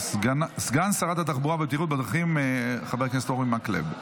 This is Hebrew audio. סגן שרת התחבורה והבטיחות בדרכים חבר הכנסת אורי מקלב.